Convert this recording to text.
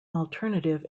alternative